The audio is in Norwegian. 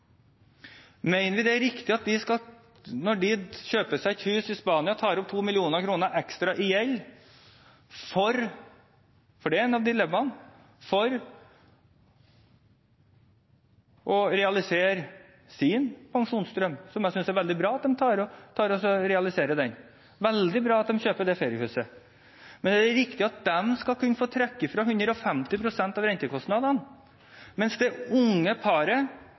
De kjøper seg et hus i Spania, tar opp 2 mill. kr ekstra i lån – det er et av dilemmaene – for å realisere sin pensjonsdrøm, som jeg synes er veldig bra at de realiserer, veldig bra at de kjøper det feriehuset. Er det riktig at de skal kunne få trekke fra 150 pst. av rentekostnadene, mens det unge paret,